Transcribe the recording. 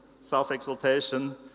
self-exaltation